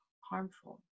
harmful